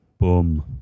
Boom